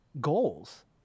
goals